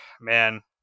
man